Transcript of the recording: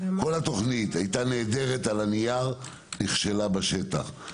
כל התוכנית הייתה נהדרת על הנייר, אך נכשלה בשטח.